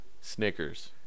Snickers